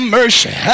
mercy